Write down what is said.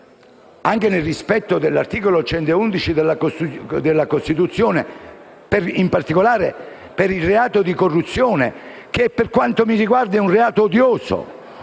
anche nel rispetto dell'articolo 111 della Costituzione, in particolare per il reato di corruzione, che per quanto mi riguarda è un reato odioso